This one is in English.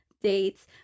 dates